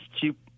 cheap